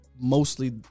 mostly